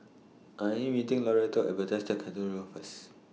I Am meeting Loretto At Bethesda Cathedral First